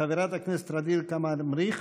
חברת הכנסת ע'דיר כמאל מריח,